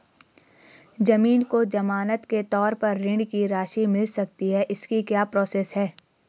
ज़मीन को ज़मानत के तौर पर ऋण की राशि मिल सकती है इसकी क्या प्रोसेस है?